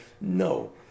no